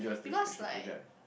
because like